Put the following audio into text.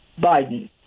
Biden